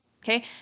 okay